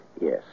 Yes